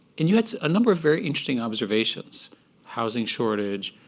and you had a number of very interesting observations housing shortage,